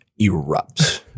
erupts